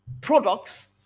products